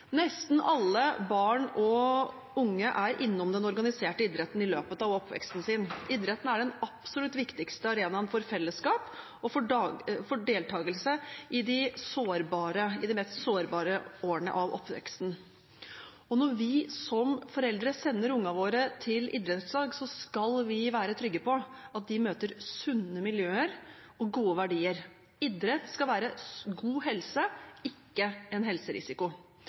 Nesten alle barn og unge er innom den organiserte idretten i løpet av oppveksten sin. Idretten er den absolutt viktigste arenaen for fellesskap og for deltakelse i de mest sårbare årene av oppveksten. Når vi som foreldre sender ungene våre til idrettslag, skal vi være trygge på at de møter sunne miljøer og gode verdier. Idrett skal være god helse, ikke en helserisiko.